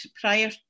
prior